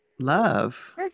love